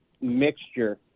mixture